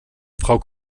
frau